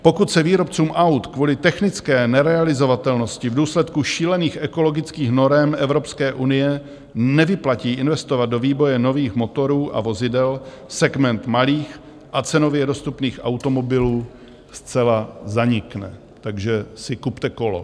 Pokud se výrobcům aut kvůli technické nerealizovatelnosti v důsledku šílených ekologických norem Evropské unie nevyplatí investovat do vývoje nových motorů a vozidel, segment malých a cenově dostupných automobilů zcela zanikne, takže si kupte kolo.